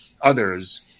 others